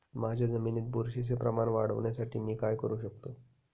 माझ्या जमिनीत बुरशीचे प्रमाण वाढवण्यासाठी मी काय करू शकतो?